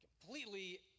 completely